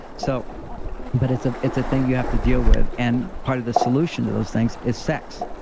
so but it's ah it's a thing you have to deal with. and part of the solution to those things is sex,